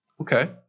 Okay